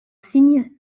cygne